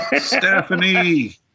Stephanie